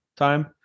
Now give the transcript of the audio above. time